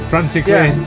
Frantically